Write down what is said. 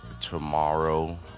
tomorrow